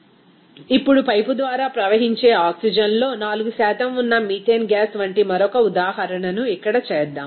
refer slide time ఇప్పుడు పైపు ద్వారా ప్రవహించే ఆక్సిజన్లో 4 ఉన్న మీథేన్ గ్యాస్ వంటి మరొక ఉదాహరణను ఇక్కడ చేద్దాం